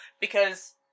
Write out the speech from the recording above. because-